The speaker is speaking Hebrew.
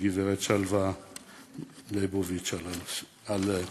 לגברת שלוה ליבוביץ על תרומתה,